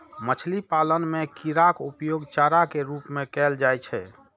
मछली पालन मे कीड़ाक उपयोग चारा के रूप मे कैल जाइ छै